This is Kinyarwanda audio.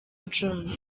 john